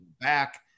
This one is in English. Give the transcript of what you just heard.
back